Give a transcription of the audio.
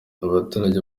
abaturage